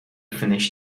finish